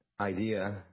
idea